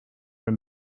have